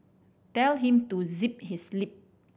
tell him to zip his lip